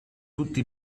tutti